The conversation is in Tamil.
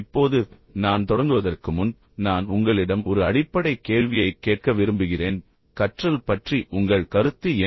இப்போது நான் தொடங்குவதற்கு முன் நான் உங்களிடம் ஒரு அடிப்படை கேள்வியைக் கேட்க விரும்புகிறேன் கற்றல் பற்றி உங்கள் கருத்து என்ன